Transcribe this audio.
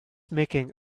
making